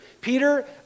Peter